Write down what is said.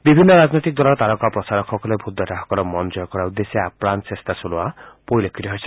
বিভিন্ন ৰাজনৈতিক দলৰ তাৰকা প্ৰচাৰক সকলে ভোটদাতাসকলৰ মন জয় কৰাৰ উদ্দেশ্যে আপ্ৰাণ চেষ্টা চলোৱা পৰিলক্ষিত হৈছে